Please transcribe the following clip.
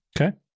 Okay